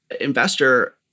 investor